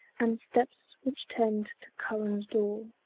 and steps which tend to curran's door,